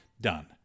Done